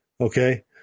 Okay